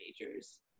majors